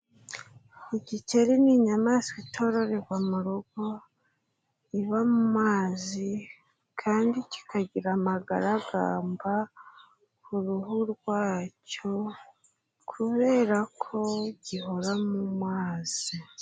Igikeri ni inyamaswa itororerwa mu rugo, iba mu mazi kandi kikagira amagaragamba ku ruhu rwacyo kubera ko gihora mu mazi.